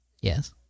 Yes